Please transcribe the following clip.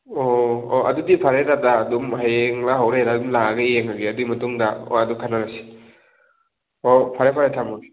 ꯑꯣ ꯑꯣ ꯑꯗꯨꯗꯤ ꯐꯔꯦ ꯇꯥꯗ ꯑꯗꯨꯝ ꯍꯌꯦꯡꯂ ꯍꯣꯔꯦꯜꯂ ꯑꯗꯨꯝ ꯂꯥꯛꯑꯒ ꯌꯦꯡꯉꯒꯦ ꯑꯗꯨꯏ ꯃꯇꯨꯡꯗ ꯋꯥꯗꯨ ꯈꯟꯅꯔꯁꯤ ꯍꯣ ꯐꯔꯦ ꯐꯔꯦ ꯊꯝꯃꯒꯦ